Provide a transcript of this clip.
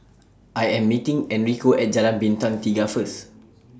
I Am meeting Enrico At Jalan Bintang Tiga First